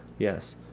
Yes